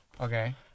Okay